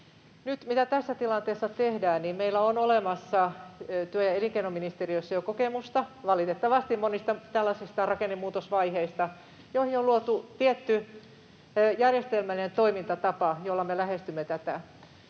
Mitä tässä tilanteessa nyt tehdään: meillä on olemassa työ- ja elinkeinoministeriössä jo kokemusta — valitettavasti — monista tällaisista rakennemuutosvaiheista, joihin on luotu tietty järjestelmällinen toimintatapa, jolla me lähestymme tätä.